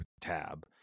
tab